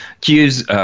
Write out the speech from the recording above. cues